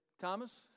Thomas